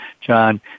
John